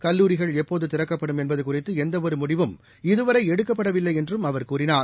கல்லூரிகள் எப்போது திறக்கப்படும் என்பது குறித்து எந்த ஒரு முடிவும் இதுவரை எடுக்கப்படவில்லை என்றும் அவர் கூறினார்